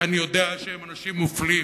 כי אני יודע שהם אנשים מופלים,